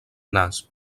nas